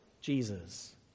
Jesus